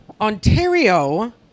Ontario